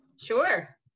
Sure